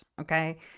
Okay